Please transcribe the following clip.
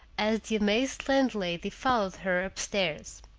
as the amazed landlady followed her upstairs.